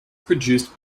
produced